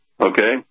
okay